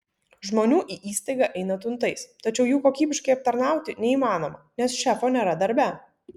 žmonių į įstaigą eina tuntais tačiau jų kokybiškai aptarnauti neįmanoma nes šefo nėra darbe